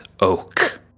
Oak